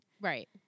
Right